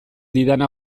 didana